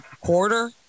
quarter